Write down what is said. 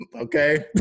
okay